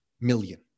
million